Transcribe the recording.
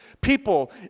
People